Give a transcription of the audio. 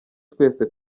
twese